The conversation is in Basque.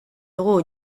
dugu